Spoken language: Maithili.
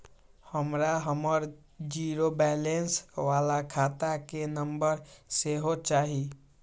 हमरा हमर जीरो बैलेंस बाला खाता के नम्बर सेहो चाही